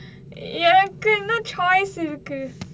எனக்குன்னு:enakkunnu choice இருக்கு:irukku